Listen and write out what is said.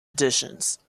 editions